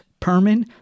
Perman